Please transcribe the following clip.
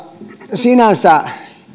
sinänsä